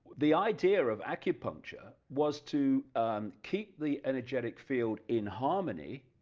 the idea of acupuncture was to keep the energetic field in harmony,